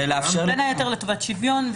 בין היתר לטובת שוויון.